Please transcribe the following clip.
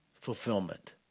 fulfillment